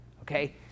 Okay